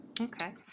Okay